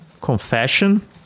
confession